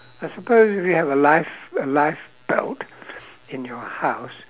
I suppose if you have a life~ a life belt in your house